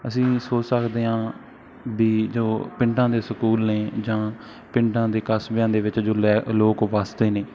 ਅਸੀਂ ਸੋਚ ਸਕਦੇ ਹਾਂ ਵੀ ਜੋ ਪਿੰਡਾਂ ਦੇ ਸਕੂਲ ਨੇ ਜਾਂ ਪਿੰਡਾਂ ਦੇ ਕਸਬਿਆਂ ਦੇ ਵਿੱਚ ਜੋ ਲੈ ਲੋਕ ਵਸਦੇ ਨੇ